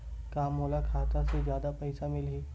का मोला खाता से जादा पईसा मिलही?